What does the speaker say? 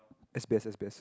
S_B_S S_B_S